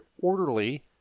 orderly